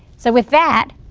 so, with that,